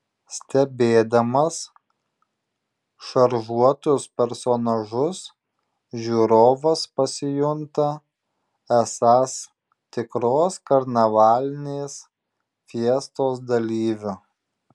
stebėdamas šaržuotus personažus žiūrovas pasijunta esąs tikros karnavalinės fiestos dalyviu